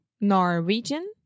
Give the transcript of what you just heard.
Norwegian